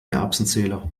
erbsenzähler